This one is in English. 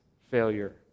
failure